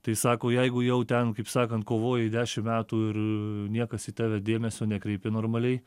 tai sako jeigu jau ten kaip sakant kovoji dešim metų ir niekas į tave dėmesio nekreipia normaliai